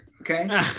Okay